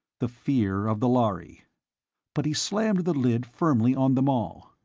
the fear of the lhari but he slammed the lid firmly on them all.